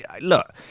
Look